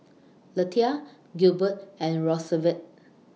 Lethia Gilbert and Rosevelt